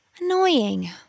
Annoying